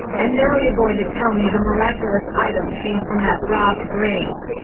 and now you're going to tell me the miraculous item came from that robbed grave,